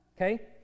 okay